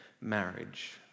marriage